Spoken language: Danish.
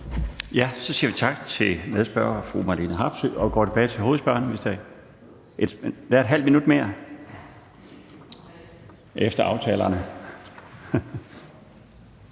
Så siger vi tak til medspørger fru Marlene Harpsøe og går tilbage til hovedspørgeren. Der er ½ minut mere, efter aftalen,